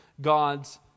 gods